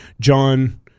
John –